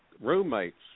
roommates